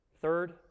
Third